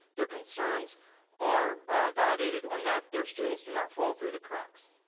their concerns are validated, and that their students do not fall through the cracks.